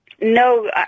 No